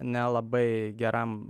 nelabai geram